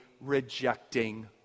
rejecting